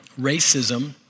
racism